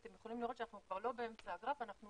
אתם יכולים לראות שאנחנו כבר לא באמצע הגרף, אנחנו